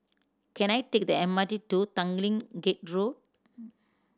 can I take the M R T to Tanglin Gate Road